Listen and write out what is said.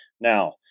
Now